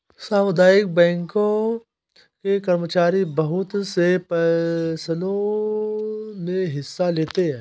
सामुदायिक बैंकों के कर्मचारी बहुत से फैंसलों मे हिस्सा लेते हैं